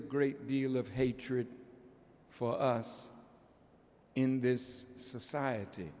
a great deal of hatred for us in this society